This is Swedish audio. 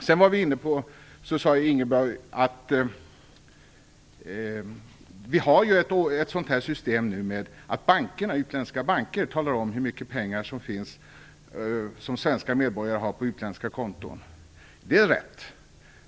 Sedan sade Ingibjörg Sigurdsdóttir att vi nu har ett system som innebär att de utländska bankerna talar om hur mycket pengar som svenska medborgare har på utländska konton. Det är rätt.